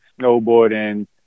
snowboarding